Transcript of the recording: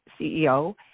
CEO